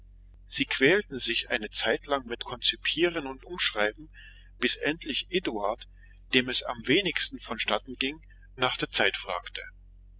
sie quälten sich eine zeitlang mit konzipieren und umschreiben bis endlich eduard dem es am wenigsten vonstatten ging nach der zeit fragte